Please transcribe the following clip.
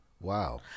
Wow